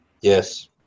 Yes